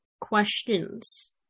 questions